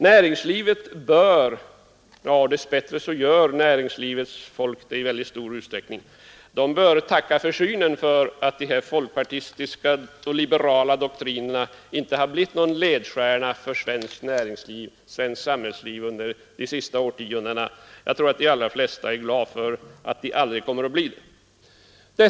Näringslivet bör — och dess bättre gör näringslivets folk det i mycket stor uträckning — tacka försynen för att de här folkpartistiska och liberala doktrinerna inte har blivit någon ledstjärna för svenskt samhällsliv under de senaste årtiondena. Jag tror att de allra flesta är glada för att sådana doktriner aldrig kommer att bli det.